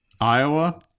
Iowa